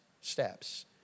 steps